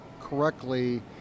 correctly